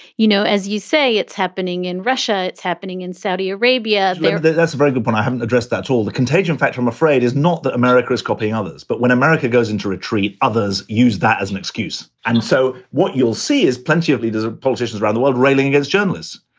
you know, as you say, it's happening in russia. it's happening in saudi arabia that's a very good point. i haven't addressed that's all. the contagion factor, i'm afraid, is not that america is copying others. but when america goes into retreat. others use that as an excuse. and so what you'll see is plenty of leaders, ah politicians around the world railing against journalists.